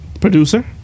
Producer